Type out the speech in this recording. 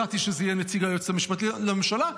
הצעתי שזה יהיה נציג היועץ המשפטי לממשלה,